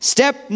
Step